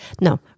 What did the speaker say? no